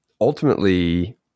ultimately –